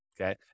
okay